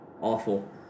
awful